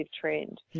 trend